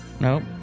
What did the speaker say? Nope